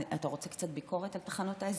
אתה רוצה קצת ביקורת על תחנות ההסגר?